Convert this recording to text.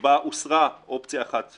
שבה הוסרה אופציה אחת,